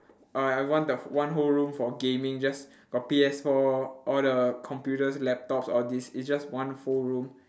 uh I want the wh~ one whole room for gaming just got P_S four all the computers laptops all this it's just one full room